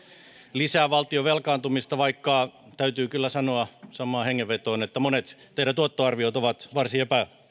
lisää valtion velkaantumista vaikka täytyy kyllä sanoa samaan hengenvetoon että monet teidän tuottoarvionne ovat varsin